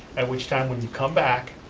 at which time when you come back,